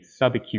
subacute